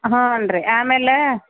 ಹ್ಞೂ ರೀ ಆಮೇಲೆ